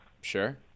Sure